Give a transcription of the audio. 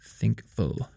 Thinkful